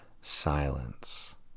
silence